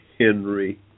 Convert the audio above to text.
Henry